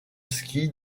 ski